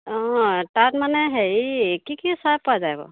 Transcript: অঁ তাত মানে হেৰি কি কি চৰাই পোৱা যায় বাৰু